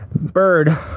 Bird